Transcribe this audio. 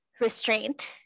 restraint